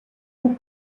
who